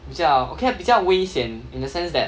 比较 okay lah 比较危险 in the sense that